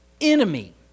enemy